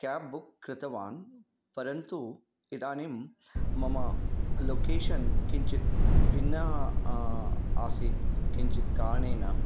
cab book कृतवान् परन्तु इदानिं मम लोकेशन् किञ्चित् भिन्नः आसीत् किञ्चित् कारणेन